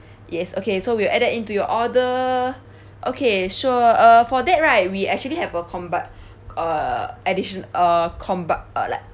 yes okay so we will add that into your order okay sure uh for that right we actually have a combi~ uh addition uh combi~ uh like